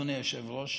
פשוט?